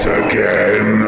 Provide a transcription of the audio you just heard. again